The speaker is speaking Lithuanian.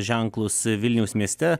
ženklus vilniaus mieste